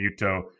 Muto